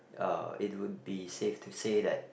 uh it would be safe to say that